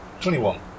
Twenty-one